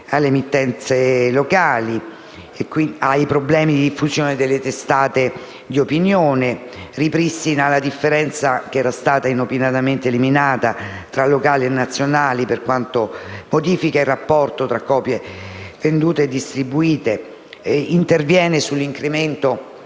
sulle emittenze locali e sui problemi di diffusione delle testate d'opinione, ripristina la differenza (che era stata inopinatamente eliminata) tra locali e nazionali, modifica il rapporto tra copie vendute e distribuite, interviene sull'incremento